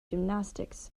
gymnastics